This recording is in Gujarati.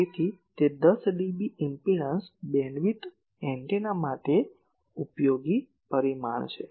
તેથી તે 10 ડીબી ઇમ્પેડન્સ બેન્ડવિડ્થ એન્ટેના માટે ઉપયોગી પરિમાણ છે